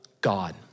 God